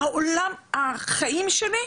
החיים שלי,